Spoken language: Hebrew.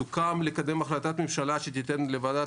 סוכם לקדם החלטת ממשלה שתיתן לוועדת